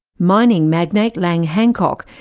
mining magnate lang hancock,